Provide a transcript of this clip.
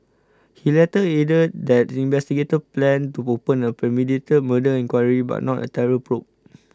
he later added that investigators planned to open a premeditated murder inquiry but not a terror probe